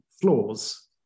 flaws